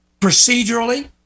procedurally